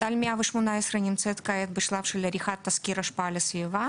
תת"ל 118 נמצאת כעת בשלב של עריכת תסקיר השפעה על הסביבה.